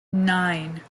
nine